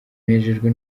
nejejwe